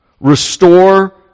restore